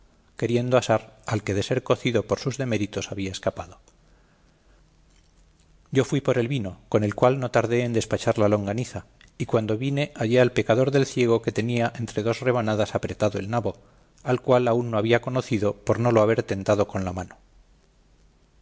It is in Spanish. queriendo asar al que de ser cocido por sus deméritos había escapado yo fui por el vino con el cual no tardé en despachar la longaniza y cuando vine hallé al pecador del ciego que tenía entre dos rebanadas apretado el nabo al cual aún no había conocido por no lo haber tentado con la mano